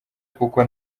kuko